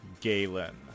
Galen